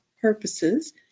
Purposes